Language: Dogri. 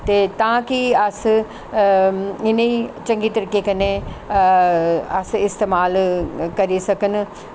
ते तां कि अस इ'नेंगी चंगे तरीके कन्नै अस इस्तमाल करी सकन